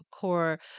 core